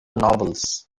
novels